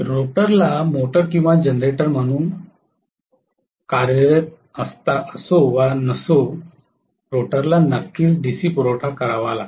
रोटरला मोटर किंवा जनरेटर म्हणून कार्यरत असो वा नसो रोटरला नक्कीच डीसी पुरवठा करावा लागतो